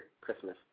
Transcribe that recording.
Christmas